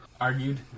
argued